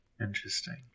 Interesting